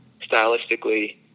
stylistically